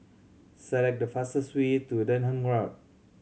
select the fastest way to Denham Road